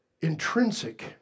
intrinsic